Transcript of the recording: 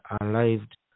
arrived